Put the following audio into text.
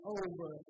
over